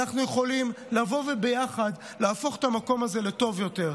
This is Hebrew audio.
אנחנו יכולים לבוא וביחד להפוך את המקום הזה לטוב יותר.